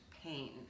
pain